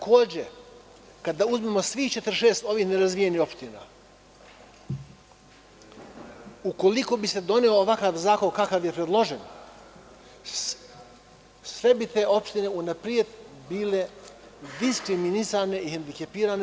Kada uzmemo svih 46 ovih nerazvijenih opština, ukoliko bi se doneo ovakav zakon kakav je predložen sve bi te opštine unapred bile diskriminisane i hendikepirane.